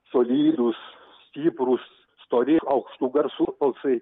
solidūs stiprūs stori aukštų garsų balsai